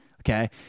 Okay